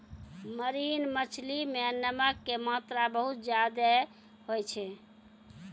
marine मछली मॅ नमक के मात्रा बहुत ज्यादे होय छै